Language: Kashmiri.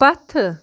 پتھٕ